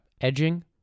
Edging